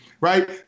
right